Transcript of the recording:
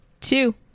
two